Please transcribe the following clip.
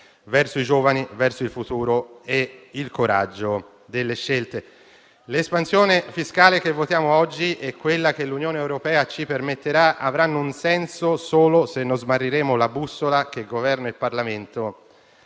verso i giovani e il futuro, neanche il coraggio delle scelte. L'espansione fiscale che votiamo oggi e quella che l'Unione europea ci permetterà avranno un senso solo se non smarriremo la bussola che Governo e Parlamento